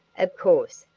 of course,